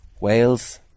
Wales